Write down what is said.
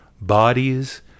bodies